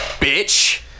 Bitch